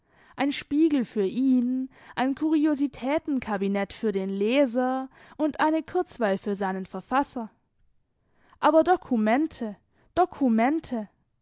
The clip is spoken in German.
ein spiegel für ihn ein kuriositätenkabinett für den leser und eine kurzweil für seinen verfasser aber dokumente dokumente